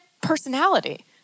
personality